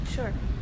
Sure